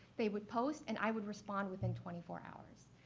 they would post and i would respond within twenty four hours.